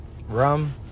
rum